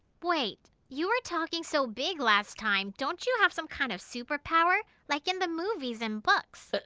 wait! you were talking so big last time. don't you have some kind of super power? like in the movies and books. but